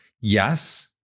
Yes